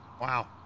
Wow